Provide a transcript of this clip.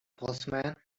postman